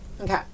Okay